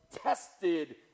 tested